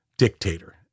dictator